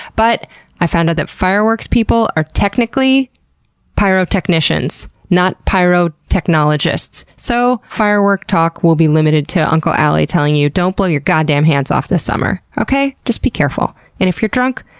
but i found out that fireworks people are technically pyrotechnicians, not pyrotechnologists. so, firework talk will be limited to uncle alie telling you don't blow your goddamn hands off this summer, okay? just be careful. and if you're drunk,